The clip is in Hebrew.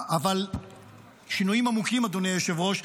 אדוני היושב-ראש,